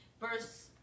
verse